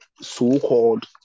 so-called